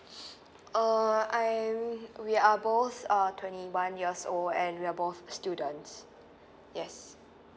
uh I we are both err twenty one years old and we're both students yes